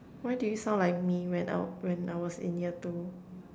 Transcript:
why do you sound like me when I when I was in year two